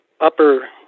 upper